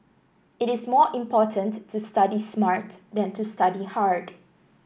it is more important to study smart than to study hard